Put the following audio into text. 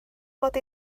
mod